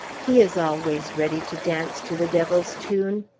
he is always ready to dance to the devil's tune!